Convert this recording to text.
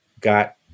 got